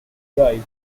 drive